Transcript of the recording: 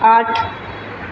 आठ